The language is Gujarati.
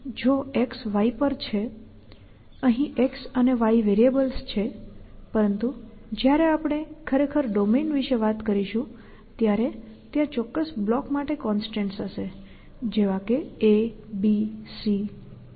તેથી જો X Y પર છે અહીં X અને Y વેરિયેબલ્સ છે પરંતુ જ્યારે આપણે ખરેખર ડોમેન વિશે વાત કરીશું ત્યારે ત્યાં ચોક્કસ બ્લોક માટે કોન્સ્ટન્સ હશે જેવા કે A B C